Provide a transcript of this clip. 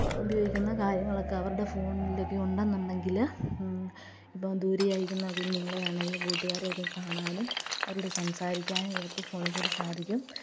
ഉപയോഗിക്കുന്ന കാര്യങ്ങളൊക്കെ അവരുടെ ഫോണിലൊക്കെ ഉണ്ടെന്നുണ്ടെങ്കിൽ ഇപ്പം ദൂരെ ആയിരിക്കുന്ന കുഞ്ഞുങ്ങളെ ആണെങ്കിലും കൂട്ടുകാരെയൊക്കെ കാണാനും അവരോട് സംസാരിക്കാനും ഇവര്ക്ക് ഫോണിൽക്കൂടി സാധിക്കും